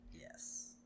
Yes